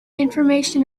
information